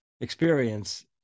experience